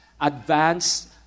advance